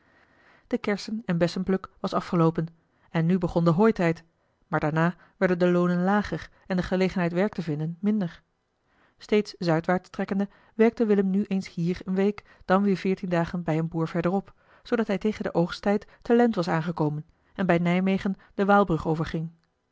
de kersen en bessenpluk was afgeloopen en nu begon de hooitijd maar daarna werden de loonen lager en de gelegenheid werk te vinden minder steeds zuidwaarts trekkende werkte willem nu eens hier eene week dan weer veertien dagen bij een boer verderop zoodat hij tegen den oogsttijd te lent was aangekomen en bij nijmegen de waalbrug overging